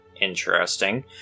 interesting